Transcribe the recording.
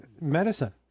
medicine